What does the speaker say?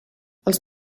els